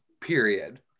period